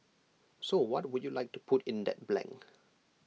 so what would you like to put in that blank